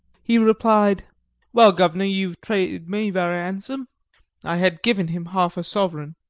he replied well, guv'nor, you've treated me wery an'some i had given him half a sovereign